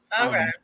Okay